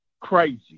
Crazy